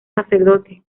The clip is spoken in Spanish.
sacerdote